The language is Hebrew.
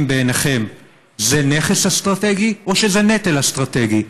בעיניכם זה נכס אסטרטגי או שזה נטל אסטרטגי?